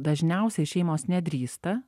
dažniausiai šeimos nedrįsta